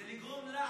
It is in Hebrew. זה לגרום לך,